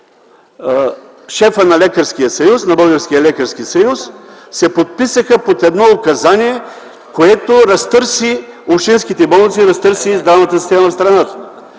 шефа на Българския лекарски съюз се подписаха под едно указание, което разтърси общинските болници, разтърси здравната система в страната.